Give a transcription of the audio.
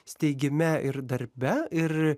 steigime ir darbe ir